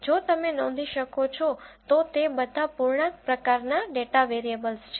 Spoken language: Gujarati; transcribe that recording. જો તમે નોંધી શકો છો તો તે બધા પૂર્ણાંક પ્રકારનાં ડેટા વેરિયેબલ્સ છે